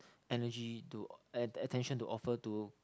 energy to attention to offer to